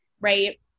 right